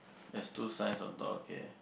there's two signs on top okay